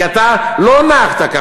כי אתה לא נהגת כך,